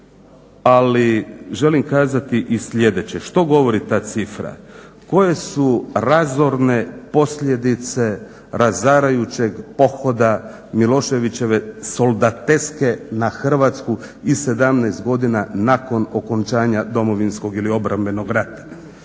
ali želim kazati i sljedeće. Što govori ta cifra, koje su razorne posljedice razarajućeg pohoda Miloševićeve soldateske na Hrvatsku i 17 godina nakon okončanja Domovinskog ili obrambenog rata.